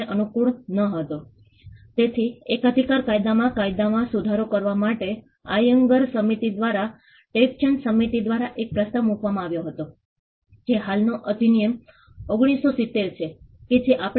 અને અમે આ સર્વે ફેબ્રુઆરીમાં શરૂ કર્યો હતો અને મારા કેટલાક વિદ્યાર્થીઓ રાજીવ ગાંધીનગરમાં સર્વે કરી રહ્યા છે ઠીક છે